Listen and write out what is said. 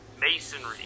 Masonry